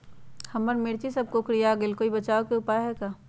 हमर मिर्ची सब कोकररिया गेल कोई बचाव के उपाय है का?